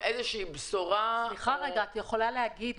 שיוצא למילואים